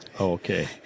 Okay